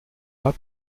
rat